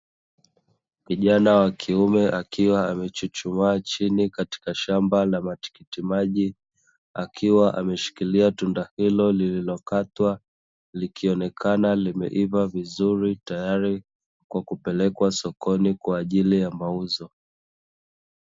Kijana wa kiume akiwa amechuchumaa chini katika shamba la matikiti maji, akiwa ameshikilia tunda hilo lililokatwa, likionekana limeiva vizuri, tayari kwa kupelekwa sokoni kwa ajili ya mauzo.